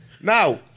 Now